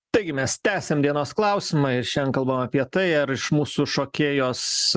taigi mes tęsiam dienos klausimą ir šiandien kalbam apie tai ar iš mūsų šokėjos